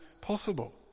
possible